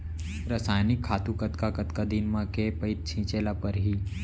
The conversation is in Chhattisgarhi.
रसायनिक खातू कतका कतका दिन म, के पइत छिंचे ल परहि?